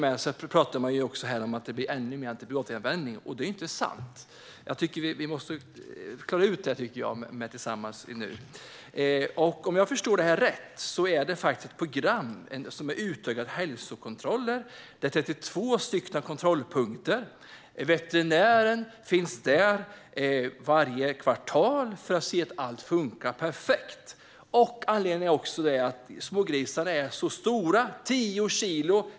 Man pratar till och med om att det blir ännu mer antibiotikaanvändning, men det är ju inte sant. Jag tycker att vi måste klara ut detta tillsammans nu. Om jag förstår detta rätt är det ett program med utökade hälsokontroller och 32 stycken kontrollpunkter, och veterinären finns där varje kvartal för att se till att allt funkar perfekt. Anledningen är också att smågrisarna är så stora - 10 kilo.